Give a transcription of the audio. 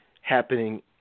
happening